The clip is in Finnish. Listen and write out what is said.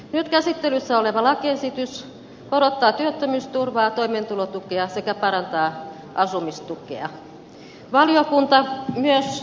nyt käsittelyssä oleva lakiesitys korottaa työttömyysturvaa ja toimeentulotukea sekä parantaa asumistukea